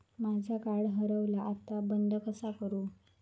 माझा कार्ड हरवला आता बंद कसा करू?